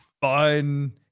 fun